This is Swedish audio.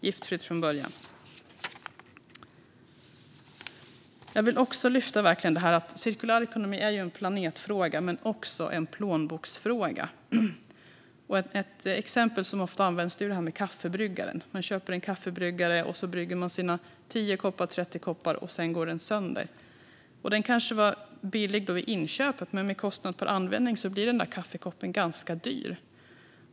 Det ska vara giftfritt från början. Cirkulär ekonomi är en planetfråga. Men det är också en plånboksfråga. Ett exempel som ofta används är kaffebryggaren. Man köper en kaffebryggare och brygger sina 10 eller 30 koppar kaffe, och sedan går den sönder. Den var kanske billig i inköp, men i kostnad per användning blir en kopp kaffe ganska dyr.